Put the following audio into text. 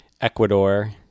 Ecuador